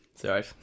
Sorry